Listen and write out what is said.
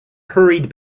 hurried